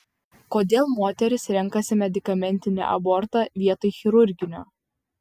kodėl moterys renkasi medikamentinį abortą vietoj chirurginio